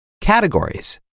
Categories